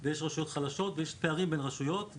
ויש רשויות חזקות ויש פערים בין רשויות.